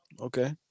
Okay